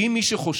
כי אם מי שחושב